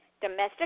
domestic